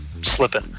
slipping